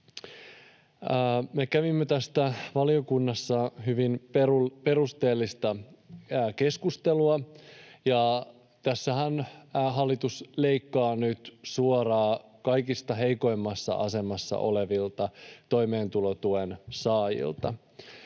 Me kävimme tästä valiokunnassa hyvin perusteellista keskustelua. Tässähän hallitus leikkaa nyt suoraan kaikista heikoimmassa asemassa olevilta toimeentulotuen saajilta.